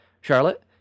Charlotte